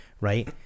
Right